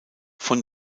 von